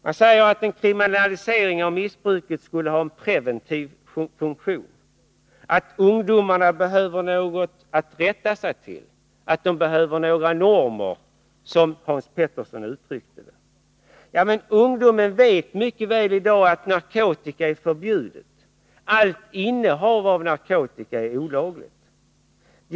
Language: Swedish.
Man säger att en kriminalisering av missbruket skulle ha en preventiv funktion, att ungdomarna behöver någonting att rätta sig efter, att de behöver några normer, som Hans Petersson i Röstånga uttryckte det. Men ungdomen vet mycket väl i dag att narkotika är förbjuden — allt innehav av narkotika är olagligt.